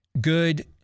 good